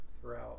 throughout